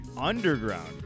underground